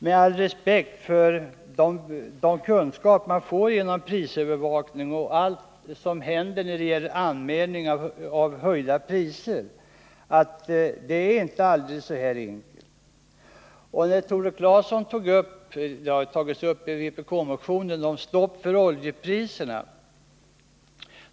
Med all respekt för de kunskaper man får genom prisövervakning och allt som händer när det gäller anmälning av höjda priser tror jag ändå inte att det är så enkelt. I vpk-motionen föreslår man prisstopp på olja.